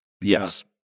Yes